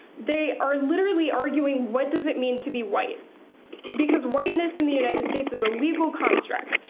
they are literally arguing what does it mean to be white because whiteness in the united states is a legal construct,